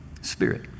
Spirit